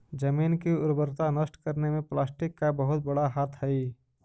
जमीन की उर्वरता नष्ट करने में प्लास्टिक का बहुत बड़ा हाथ हई